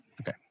Okay